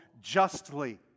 justly